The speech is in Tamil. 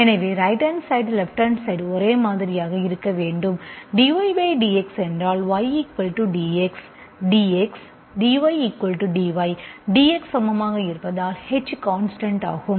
எனவே right hand side left hand side ஒரே மாதிரியாக இருக்க வேண்டும் dYdX என்றால் Y dxdXdydY dx சமமாக இருப்பதால் h கான்ஸ்டன்ட் ஆகும்